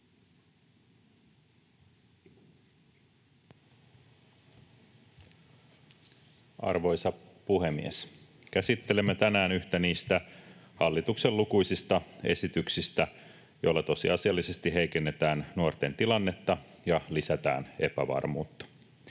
Arvoisa puhemies! Käsittelemme tänään yhtä niistä hallituksen lukuisista esityksistä, joilla tosiasiallisesti heikennetään nuorten tilannetta ja lisätään epävarmuutta.